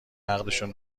عقدشون